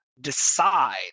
decide